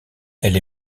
elle